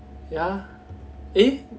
ya eh